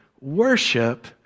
Worship